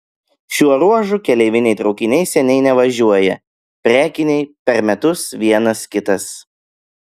šiuo ruožu keleiviniai traukiniai seniai nevažiuoja prekiniai per metus vienas kitas